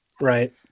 Right